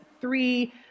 three